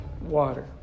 water